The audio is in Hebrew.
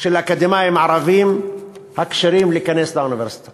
של אקדמאים ערבים הכשרים להיכנס לאוניברסיטה